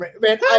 man